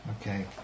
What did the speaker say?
Okay